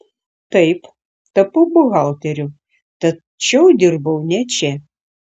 taip tapau buhalteriu tačiau dirbau ne čia